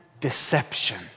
deception